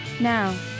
Now